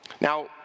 Now